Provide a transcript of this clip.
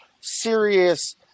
serious